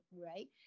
right